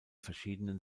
verschiedenen